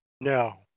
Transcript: No